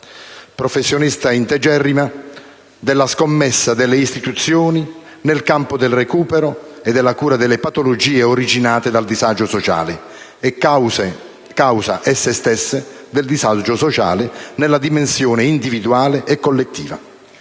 Professionista integerrima della scommessa delle istituzioni nel campo del recupero e della cura delle patologie originate dal disagio sociale e causa, esse stesse, del disagio sociale nella dimensione individuale e collettiva.